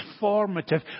Transformative